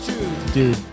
Dude